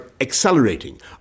accelerating